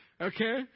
Okay